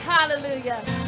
Hallelujah